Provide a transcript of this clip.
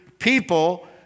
People